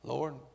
Lord